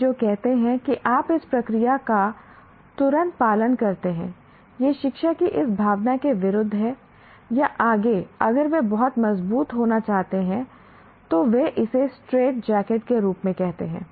आप जो कहते हैं कि आप इस प्रक्रिया का तुरंत पालन करते हैं यह शिक्षा की इस भावना के विरुद्ध है या आगे अगर वे बहुत मजबूत होना चाहते हैं तो वे इसे स्ट्रेट जैकेट के रूप में कहते हैं